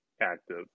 active